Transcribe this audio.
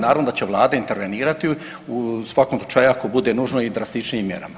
Naravno da će vlada intervenirati u svakom slučaju ako bude nužno i drastičnijim mjerama.